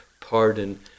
pardon